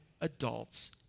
adults